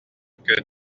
que